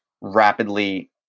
rapidly